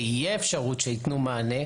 ושתהיה אפשרות שייתנו מענה,